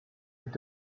mit